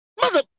Mother